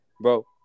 Bro